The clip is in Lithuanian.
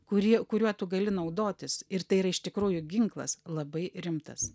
kurį kuriuo tu gali naudotis ir tai yra iš tikrųjų ginklas labai rimtas